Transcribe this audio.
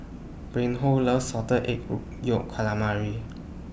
Reinhold loves Salted Egg Yolk Calamari